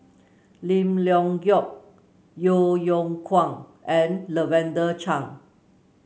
Lim Leong Geok Yeo Yeow Kwang and Lavender Chang